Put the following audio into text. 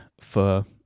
for-